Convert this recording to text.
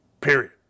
period